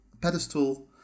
pedestal